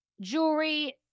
jewelry